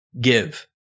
give